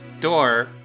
door